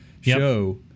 show